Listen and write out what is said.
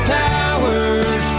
towers